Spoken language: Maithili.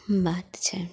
बात छै